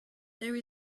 there